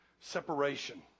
separation